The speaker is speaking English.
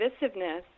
divisiveness